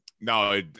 No